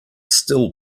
still